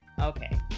Okay